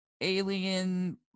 alien